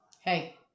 Hey